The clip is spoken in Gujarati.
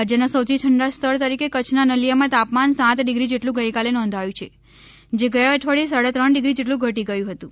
રાજ્યના સૌથી ઠંડા સ્થળ તરીકે કચ્છના નલિયામાં તા માન સાત ડિગ્રી જેટલું ગઇકાલે નોંધાયું છે જે ગયા અઠવાડિચે સાડા ત્રણ ડિગ્રી જેટલું ઘટી ગયું હતું